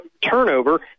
turnover